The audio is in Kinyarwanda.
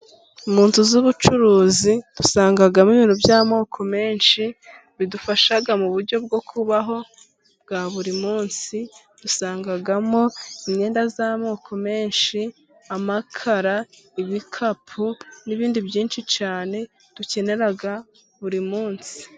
Mu nzu z'ubucuruzi dusangamo ibintu by'amoko menshi bidufasha mu buryo bwo kubaho bwa buri munsi ,usangamo imyenda y'amoko menshi: amakara ,ibikapu n'ibindi byinshi cyane dukenera buri munsi.